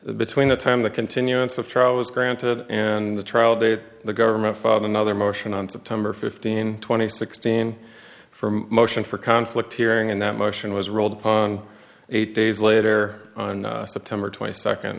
time between the time the continuance of trial was granted and the trial date the government fight another motion on september fifteen twenty sixteen from motion for conflict hearing and that motion was ruled upon eight days later on september twenty second